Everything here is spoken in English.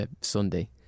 Sunday